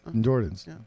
Jordan's